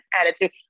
attitude